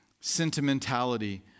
sentimentality